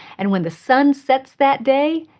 and when the sun sets that day.